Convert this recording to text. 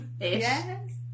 yes